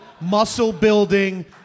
muscle-building